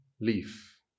leaf